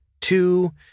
two